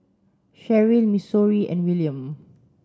Cherryl Missouri and Wiliam